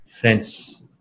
friends